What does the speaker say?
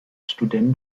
student